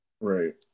Right